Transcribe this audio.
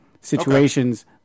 situations